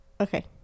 Okay